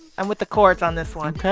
i'm with the courts on this one ok.